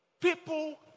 People